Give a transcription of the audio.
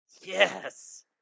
yes